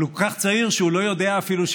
אבל הוא כל כך צעיר שהוא אפילו לא יודע